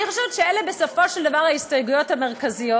אני חושבת שאלה בסופו של דבר ההסתייגויות המרכזיות.